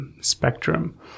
spectrum